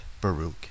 Baruch